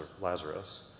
Lazarus